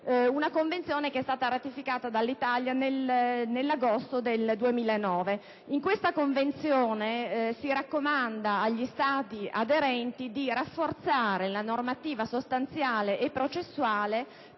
la corruzione, ratificata dall'Italia nell'agosto del 2009, nella quale si raccomanda agli Stati aderenti di rafforzare la normativa sostanziale e processuale